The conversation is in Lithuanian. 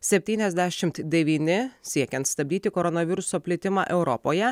septyniasdešimt devyni siekiant stabdyti koronaviruso plitimą europoje